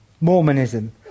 Mormonism